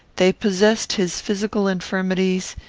they possessed his physical infirmities,